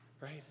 Right